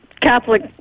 Catholic